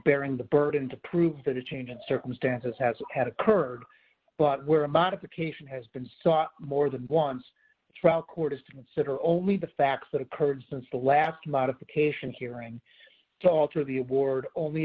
bearing the burden to prove that a change in circumstances has had occurred but were a modification has been so more than once the trial court is to consider only the facts that occurred since the last modification hearing to alter the award only